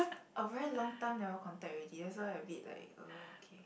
a very long time never contact already that's why a bit like uh okay